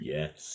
Yes